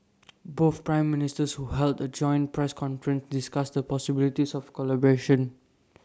both Prime Ministers who heard A joint press conference discussed the possibilities of collaboration